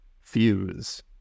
fuse